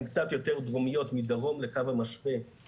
הן קצת יותר דרומיות מדרום לקו המשווה,